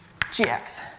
GX